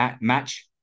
match